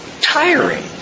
tiring